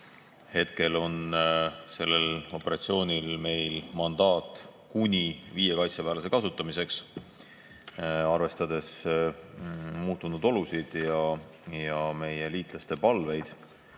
Hetkel on sellel operatsioonil meil mandaat kuni viie kaitseväelase kasutamiseks. Arvestades muutunud olusid ja meie liitlaste palveid,